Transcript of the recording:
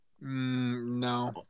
No